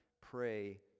Pray